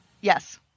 Yes